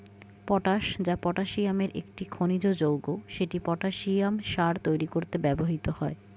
potash, যা পটাসিয়ামের একটি খনিজ যৌগ, সেটি পটাসিয়াম সার তৈরি করতে ব্যবহৃত হয়